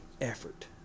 effort